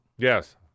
Yes